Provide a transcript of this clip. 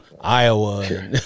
Iowa